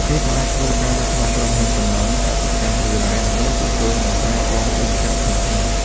គេក៏អាចធ្វើការនៅក្នុងក្រុមហ៊ុនសំណង់ កសិកម្ម ឬរ៉ែ ដើម្បីជួសជុល និងថែទាំគ្រឿងចក្រធុនធ្ងន់ ។